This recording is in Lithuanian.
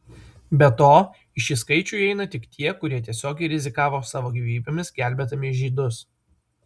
be to į šį skaičių įeina tik tie kurie tiesiogiai rizikavo savo gyvybėmis gelbėdami žydus